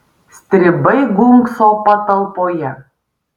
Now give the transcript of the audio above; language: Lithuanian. stribai gunkso patalpoje